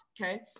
okay